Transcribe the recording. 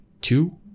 two